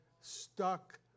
stuck